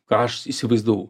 ką aš įsivaizdavau